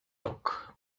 dock